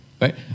right